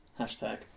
Hashtag